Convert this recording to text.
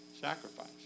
sacrifice